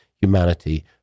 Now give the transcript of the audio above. humanity